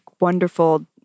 wonderful